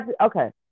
Okay